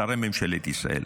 שרי ממשלת ישראל?